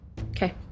Okay